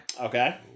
Okay